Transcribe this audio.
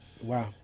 Wow